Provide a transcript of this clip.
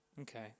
Okay